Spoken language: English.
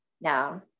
No